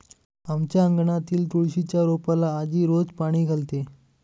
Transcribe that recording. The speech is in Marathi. आमच्या अंगणातील तुळशीच्या रोपाला आजी रोज पाणी घालते